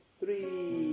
three